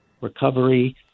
recovery